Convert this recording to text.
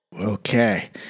Okay